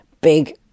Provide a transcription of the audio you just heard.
big